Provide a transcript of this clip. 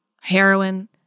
heroin